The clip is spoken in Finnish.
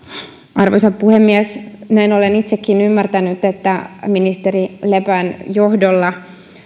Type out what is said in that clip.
arvoisa puhemies näin olen itsekin ymmärtänyt että ministeri lepän johdolla